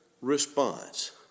response